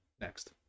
Next